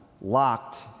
locked